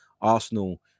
Arsenal